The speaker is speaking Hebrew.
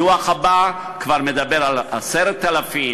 הדוח הבא כבר מדבר על 10,000,